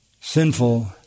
sinful